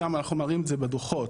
אנחנו מראים את זה בדוחות,